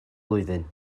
blwyddyn